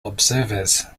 observers